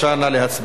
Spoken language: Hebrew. נא להצביע.